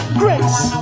grace